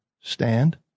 stand